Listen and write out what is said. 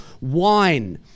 wine